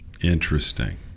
Interesting